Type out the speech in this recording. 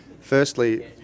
Firstly